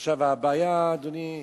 עכשיו, הבעיה, אדוני היושב-ראש: